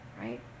right